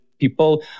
people